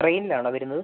ട്രെയിനിലാണോ വരുന്നത്